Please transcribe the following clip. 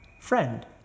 Friend